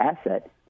asset